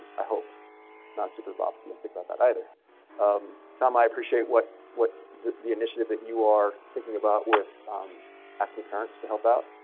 i hope not super bop mystic about that either tom. i appreciate what what the the initiative that you are thinking about with asking parents to help out.